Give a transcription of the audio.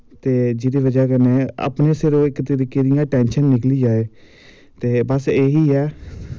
ते जिह्दी बज़ह कन्ने अपने सिरा इक तरीके दी इ'यां टैंशन निकलीआए ते बस एही ऐ